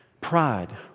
Pride